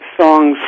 songs